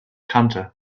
kannte